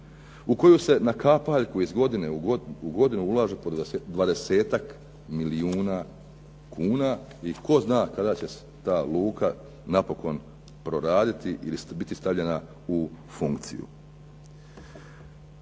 u koju se na kapaljku iz godine u godinu ulaže po 20-ak milijuna kuna i tko zna kada će ta luka napokon proraditi ili biti stavljena u funkciju.